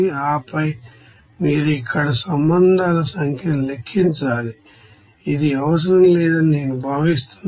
ఆపై మీరు ఇక్కడ సంబంధాల సంఖ్యను లెక్కించాలి ఇది అవసరం లేదని నేను భావిస్తున్నాను